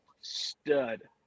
Stud